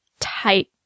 tight